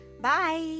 bye